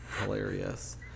hilarious